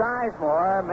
Sizemore